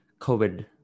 COVID